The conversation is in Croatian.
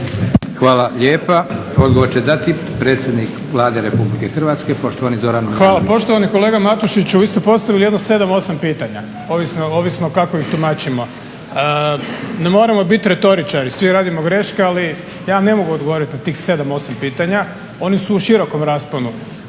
Hvala lijepa. Odgovor će dati predsjednik Vlade Republike Hrvatske poštovani Zoran Milanović. **Milanović, Zoran (SDP)** Hvala. Poštovani kolega Matušiću vi ste postavili jedno 7, 8 pitanja ovisno kako ih tumačimo. Ne moramo biti retoričari, svi radimo greške. Ali ja vam ne mogu odgovoriti na tih 7, 8 pitanja. Oni su u širokom rasponu.